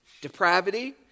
depravity